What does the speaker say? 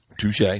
Touche